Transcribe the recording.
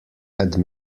had